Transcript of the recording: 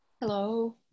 hello